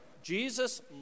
Jesus